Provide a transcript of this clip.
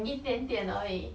一点点而已